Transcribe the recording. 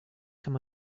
kann